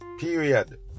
period